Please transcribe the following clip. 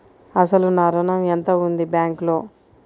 అసలు నా ఋణం ఎంతవుంది బ్యాంక్లో?